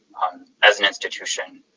um as an institution.